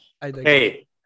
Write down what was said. Hey